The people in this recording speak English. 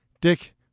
Dick